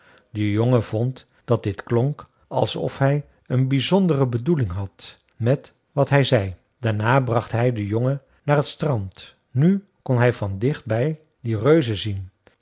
de jongen vond dat dit klonk alsof hij een bizondere bedoeling had met wat hij zei daarna bracht hij den jongen naar het strand nu kon hij van dichtbij die reuzen zien